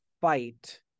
fight